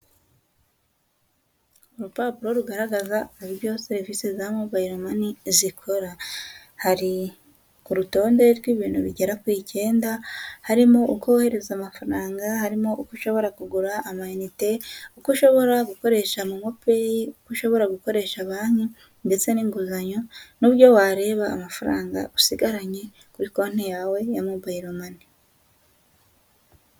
Urupapuro rugaragaza uburyo serivisi za mobayiro mani zikora. Hari ku rutonde rw'ibintu bigera ku icyenda, harimo uko wohereza amafaranga, harimo uko ushobora kugura ama inite, uko ushobora gukoresha momo peyi, uko ushobora gukoresha banki ndetse n'inguzanyo, n'uburyo wareba amafaranga usigaranye, kuri konti yawe ya mobayiro mani.